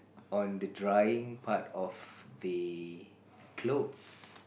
on the drying part of the clothes